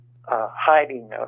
hiding